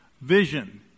Vision